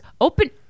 Open